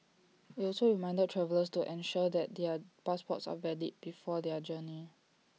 IT also reminded travellers to ensure that their passports are valid before their journey